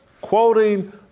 quoting